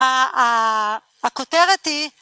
הכותרת היא